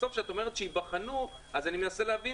בסוף כשאת אומרת שייבחנו אז אני מנסה להבין